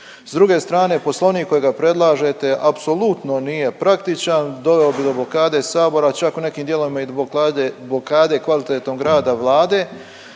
S druge strane, Poslovnik kojega predlažete apsolutno nije praktičan, doveo bi do blokade Sabora, čak u nekim dijelovima i blokade kvalitetnog rada Vlade,